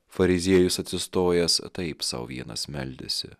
fariziejus atsistojęs taip sau vienas meldėsi